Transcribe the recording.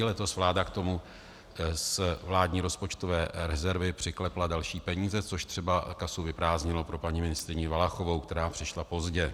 Letos vláda k tomu z vládní rozpočtové rezervy přiklepla další peníze, což třeba kasu vyprázdnilo pro paní ministryni Valachovou, která přišla pozdě.